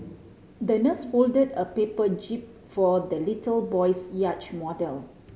the nurse folded a paper jib for the little boy's yacht model